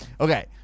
Okay